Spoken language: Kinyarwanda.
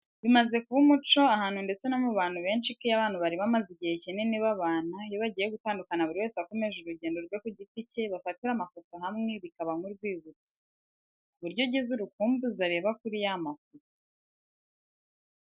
Bimaze kuba umuco ahantu ndetse no mu bantu benshi ko iyo abantu bari bamaze igihe kinini babana, iyo bagiye gutandukana buri wese akomeje urugendo rwe ku giti cye bafatira amafoto hamwe bikaba nk'urwibutso. Ku buryo ugize urukumbuzi areba kuri y'amafoto.